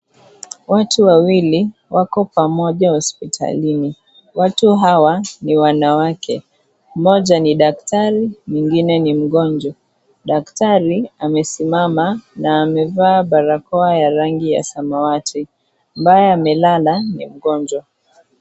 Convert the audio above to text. Watu wawili wako pamoja hospitalini ,watu hawa ni wanawake mmoja ni daktari na mwingine ni mgonjwa. Daktari amesimama na amevaa barakoa ya rangi ya samawati ambaye amelala ni mgonjwa.